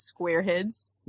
squareheads